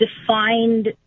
defined